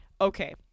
Okay